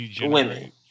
Women